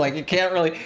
like you can't really.